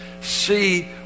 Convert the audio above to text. see